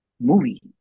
Movie